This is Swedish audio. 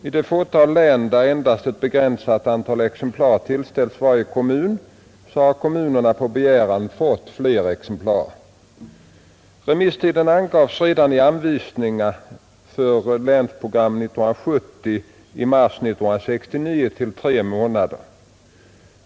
I det fåtal län där endast ett begränsat antal exemplar tillställts varje kommun har kommunerna på begäran fått fler exemplar, Remisstiden angavs redan i anvisningarna för Länsprogram 1970 i mars 1969 till tre månader.